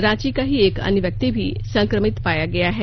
रांची का ही एक अन्य व्यक्ति भी संक्रमित पाया गया है